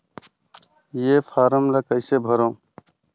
ये फारम ला कइसे भरो?